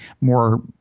more